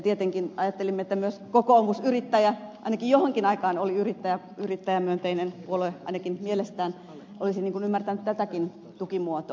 tietenkin ajattelimme että myös kokoomus joka johonkin aikaan oli yrittäjämyönteinen puolue ainakin mielestään olisi ymmärtänyt tätäkin tukimuotoa